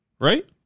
right